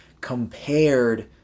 compared